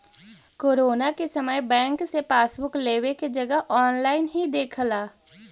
corona के समय bank से पासबुक लेवे के जगह ऑनलाइन ही देख ला